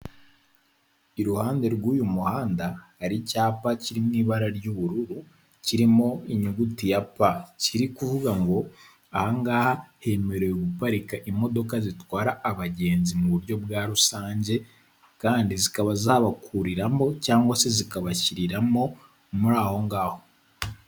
Iruhande rw'uyu muhanda, hari icyapa kiririmo ibara ry'ubururu, kirimo inyuguti ya pa kiri kuvuga ngo ahangaha hemerewe guparika imodoka zitwara abagenzi mu buryo bwa rusange, kandi zikaba zabakuriramo cyangwa se zikabashyiriramo muri aho ngaho.